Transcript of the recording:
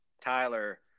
Tyler